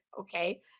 okay